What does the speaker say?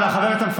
אנא, אנא.